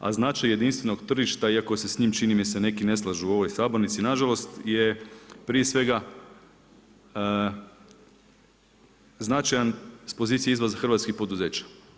A značaj jedinstvenog tržišta iako se s njim čini mi se neki ne slažu u ovoj sabornici na žalost je prije svega značajan s pozicije izvoz hrvatskih poduzeća.